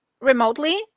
remotely